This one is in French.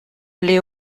les